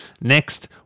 Next